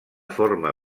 forma